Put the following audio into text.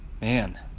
Man